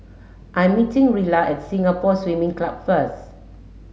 I'm meeting Rilla at Singapore Swimming Club first